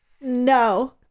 No